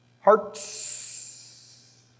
hearts